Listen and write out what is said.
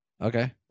okay